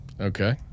Okay